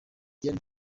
diane